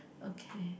okay